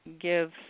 give